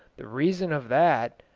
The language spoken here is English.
the reason of that,